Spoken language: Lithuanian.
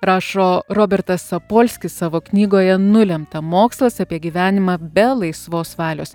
rašo robertas sapolskis savo knygoje nulemta mokslas apie gyvenimą be laisvos valios